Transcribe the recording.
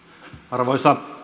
arvoisa